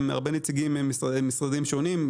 עם הרבה נציגים ממשרדים שונים,